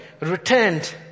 returned